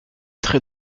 traits